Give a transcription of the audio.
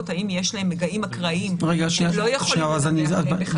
האם יש להם מגעים אקראיים שהם לא יכולים לדווח עליהם בחקירה.